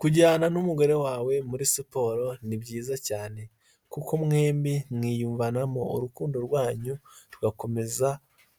Kujyana n'umugore wawe muri siporo ni byiza cyane, kuko mwembi mwiyumvanamo urukundo rwanyu rugakomeza